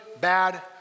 bad